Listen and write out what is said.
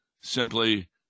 simply